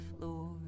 floor